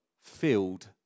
filled